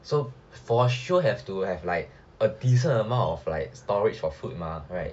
so for sure have to have like a decent amount of like storage for food mah right